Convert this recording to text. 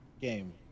Game